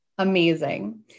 Amazing